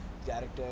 the character